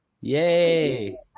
Yay